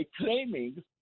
claiming